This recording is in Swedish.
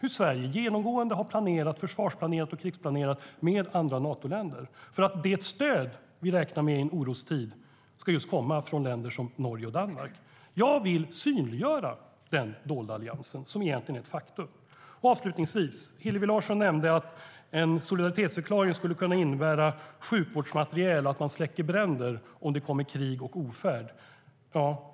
Sverige har genomgående planerat, försvarsplanerat och krigsplanerat med andra Natoländer för att det stöd vi räknar med i en orostid just ska komma från länder som Norge och Danmark, och jag vill synliggöra den dolda alliansen som egentligen är ett faktum. Hillevi Larsson nämnde att en solidaritetsförklaring skulle kunna innebära sjukvårdsmateriel och att man släcker bränder om det kommer krig och ofärd.